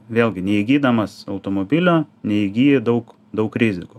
vėlgi neįgydamas automobilio neįgyji daug daug rizikų